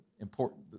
important